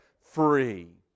free